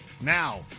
Now